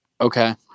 Okay